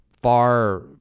far